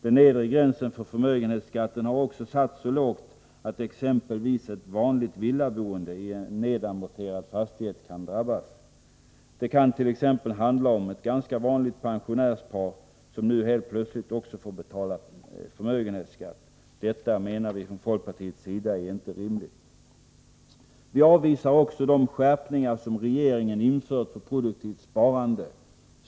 Den nedre gränsen för förmögenhetsskatten har också satts så lågt att exempelvis ett vanligt villaboende i en nedamorterad fastighet kan drabbas. Det kan t.ex. handla om ett ganska vanligt pensionärspar, som nu helt plötsligt också måste betala förmögenhetsskatt. Folkpartiet menar att detta inte är rimligt. Folkpartiet avvisar också de skärpningar som regeringen infört för produktivt sparande.